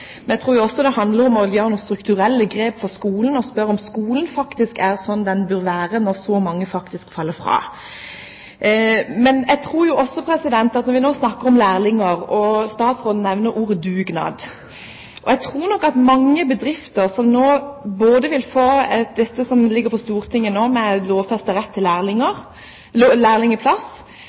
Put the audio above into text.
jeg tror også det handler om å gjøre noen strukturelle grep for skolen og spørre om skolen er slik den børe være når så mange faktisk faller fra. Men jeg tror nok også, når vi nå snakker om lærlinger – og statsråden nevner ordet «dugnad» – at mange bedrifter, med det som nå ligger i Stortinget om en lovfestet rett til lærlingplass, og den invitasjonen til dugnad som kommer, føler at det er nettopp det de inviteres til: